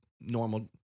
normal